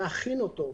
להכין אותו,